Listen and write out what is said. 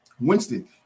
Winston